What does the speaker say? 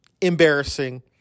Embarrassing